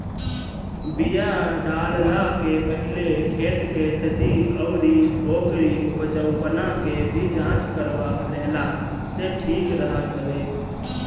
बिया डालला के पहिले खेत के स्थिति अउरी ओकरी उपजाऊपना के भी जांच करवा लेहला से ठीक रहत हवे